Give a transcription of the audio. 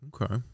Okay